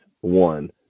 one